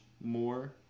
more